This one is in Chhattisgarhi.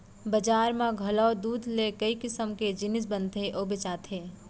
बजार म घलौ दूद ले कई किसम के जिनिस बनथे अउ बेचाथे